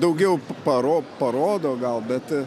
daugiau paro parodo gal bet